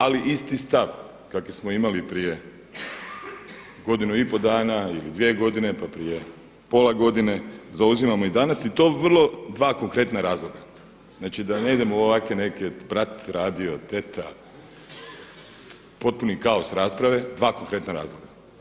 Ali isti stav kakav smo imali prije godinu i pol dana ili dvije godine pa prije pola godine, zauzimamo i danas i to vrlo dva konkretna razloga, znači da ne idemo u ovakve nekakve … radio, teta, potpuni kaos rasprave, dva konkretna razloga.